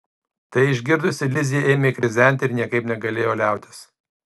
tai išgirdusi lizė ėmė krizenti ir niekaip negalėjo liautis